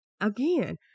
again